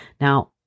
Now